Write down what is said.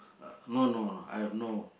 uh no no no I have no